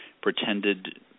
pretended